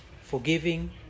forgiving